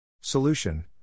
Solution